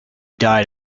died